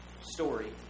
story